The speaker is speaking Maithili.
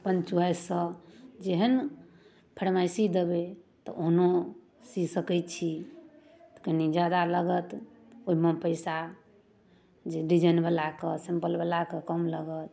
अपन च्वाइससँ जेहन फरमाइशी देबै तऽ ओहनो सी सकै छी कनि ज्यादा लगत ओहिमे पैसा जे डिजाइनवलाके सिंपलवलाके कम लागत